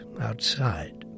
outside